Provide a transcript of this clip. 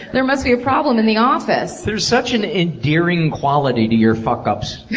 there must be a problem in the office. there's such an endearing quality to your fuckups.